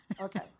Okay